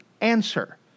answer